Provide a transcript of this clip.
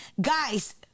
Guys